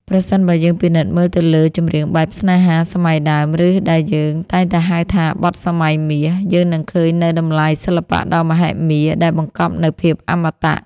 ប្រសិនបើយើងពិនិត្យមើលទៅលើ ចម្រៀងបែបស្នេហា សម័យដើម ឬដែលយើងតែងតែហៅថា បទសម័យមាស យើងនឹងឃើញនូវតម្លៃសិល្បៈដ៏មហិមាដែលបង្កប់នូវភាពអមតៈ។